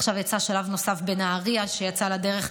עכשיו יצא שלב נוסף בנהריה שיצא לדרך,